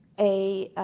a